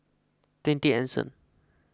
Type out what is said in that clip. twenty Anson